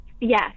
Yes